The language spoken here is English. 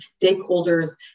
stakeholders